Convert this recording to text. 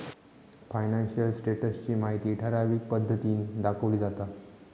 financial status ची माहिती ठराविक पद्धतीन दाखवली जाता